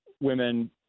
women